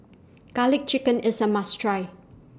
Garlic Chicken IS A must Try